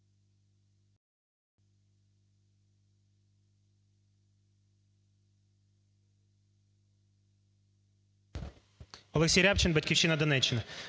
ОлексійРябчин, "Батьківщина", Донеччина.